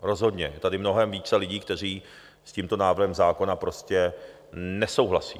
Rozhodně je tady mnohem více lidí, kteří s tímto návrhem zákona prostě nesouhlasí.